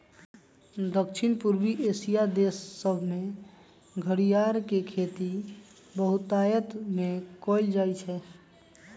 दक्षिण पूर्वी एशिया देश सभमें घरियार के खेती बहुतायत में कएल जाइ छइ